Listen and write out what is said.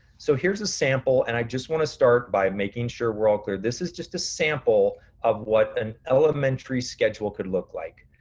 so here's a sample and i just wanna start by making sure we're all clear. this is just a sample of what an elementary schedule could look like.